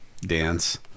dance